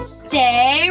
stay